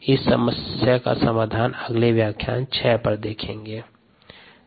इस समस्या का समाधान अगले व्याख्यान 6 में देखेंगें